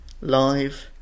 live